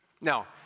now